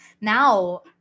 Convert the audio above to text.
now